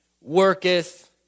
worketh